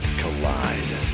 collide